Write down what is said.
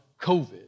COVID